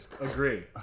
Agree